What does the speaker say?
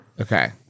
okay